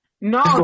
No